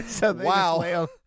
Wow